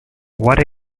what